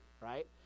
right